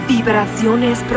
Vibraciones